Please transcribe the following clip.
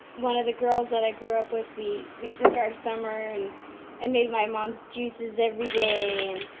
one of the girls that i grow up with, we we took our summer and and made my mom's juices every day and